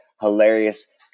hilarious